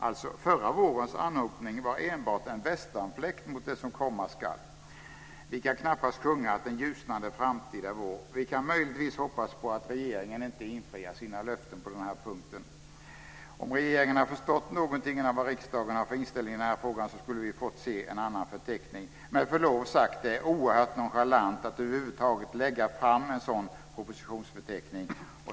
Alltså var förra vårens anhopning enbart en västanfläkt mot det som komma skall. Vi kan knappast sjunga att den ljusnande framtid är vår. Vi kan möjligtvis hoppas på att regeringen inte infriar sina löften på den här punkten. Om regeringen hade förstått någonting av den inställning som riksdagen har i den här frågan, skulle vi ha fått se en annan fördelning. Med förlov sagt: Det är oerhört nonchalant att över huvud taget lägga fram en sådan propositionsförteckning.